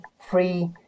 free